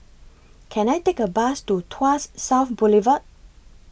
Can I Take A Bus to Tuas South Boulevard